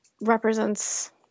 represents